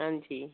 हां जी